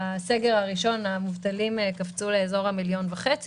בסגר הראשון המובטלים קפצו לאזור 1.5 מיליון,